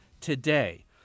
today